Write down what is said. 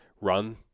run